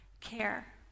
care